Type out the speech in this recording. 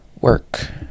work